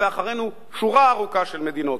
ואחרינו שורה ארוכה של מדינות.